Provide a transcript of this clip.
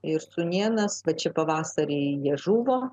ir sūnėnas va čia pavasarį žuvo